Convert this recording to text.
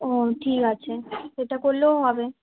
ও ঠিক আছে সেটা করলেও হবে